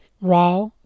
raw